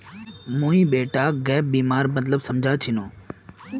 मुई बेटाक गैप बीमार मतलब समझा छिनु